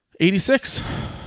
86